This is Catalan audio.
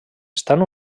estan